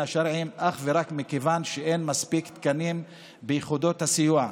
השרעיים אך ורק מכיוון שאין מספיק תקנים ביחידות הסיוע.